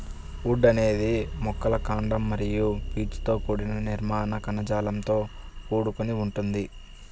would అనేది మొక్కల కాండం మరియు పీచుతో కూడిన నిర్మాణ కణజాలంతో కూడుకొని ఉంటుంది